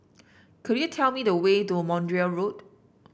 could you tell me the way to Montreal Road